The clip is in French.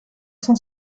cent